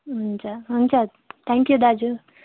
हुन्छ हुन्छ thank you दाजु